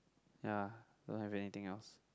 ya don't have anything else